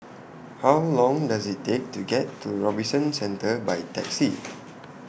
How Long Does IT Take to get to Robinson Centre By Taxi